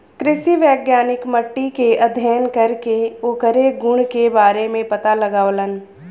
कृषि वैज्ञानिक मट्टी के अध्ययन करके ओकरे गुण के बारे में पता लगावलन